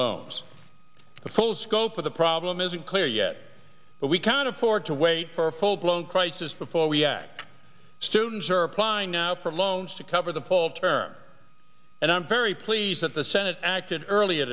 the full scope of the problem isn't clear yet but we can't afford to wait for a full blown crisis before we act students are applying now for loans to cover the full term and i'm very pleased that the senate acted earlier